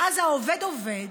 ואז העובד, עובד,